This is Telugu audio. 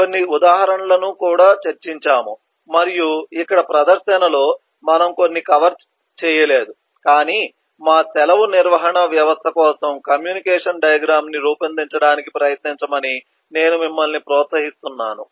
మనము కొన్ని ఉదాహరణలను కూడా చర్చించాము మరియు ఇక్కడ ప్రదర్శనలో మనము కొన్ని కవర్ చేయలేదు కాని మా సెలవు నిర్వహణ వ్యవస్థ కోసం కమ్యూనికేషన్ డయాగ్రమ్ ని రూపొందించడానికి ప్రయత్నించమని నేను మిమ్మల్ని ప్రోత్సహిస్తున్నాను